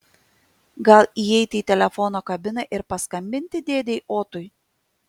gal įeiti į telefono kabiną ir paskambinti dėdei otui